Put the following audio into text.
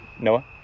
Noah